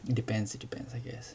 it depends it depends I guess